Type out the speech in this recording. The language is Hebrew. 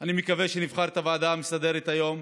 אני מקווה שנבחר ועדה מסדרת היום,